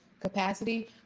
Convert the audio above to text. Capacity